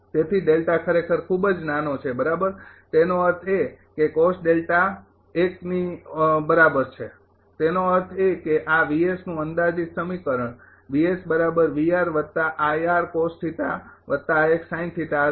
તેથી ખરેખર ખૂબ જ નાનો છે બરાબર તેનો અર્થ એ કે બરાબર તેનો અર્થ એ કે આ નું અંદાજીત સમીકરણ હશે